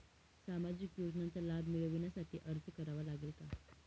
सामाजिक योजनांचा लाभ मिळविण्यासाठी अर्ज करावा लागेल का?